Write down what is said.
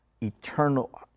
eternal